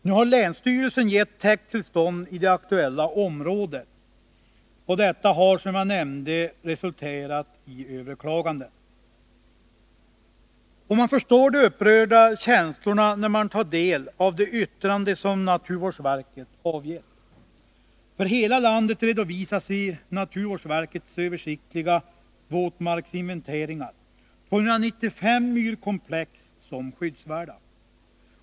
Nu har länsstyrelsen gett täkttillstånd i det aktuella området, och detta har som jag nämnde resulterat i överklaganden. Man förstår de upprörda känslorna när man tar del av det yttrande som naturvårdsverket avgett. För hela landet redovisas i naturvårdsverkets översiktliga våtmarksinventering 295 myrkomplex som skyddsvärda.